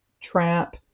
trap